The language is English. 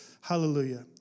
Hallelujah